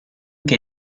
che